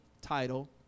title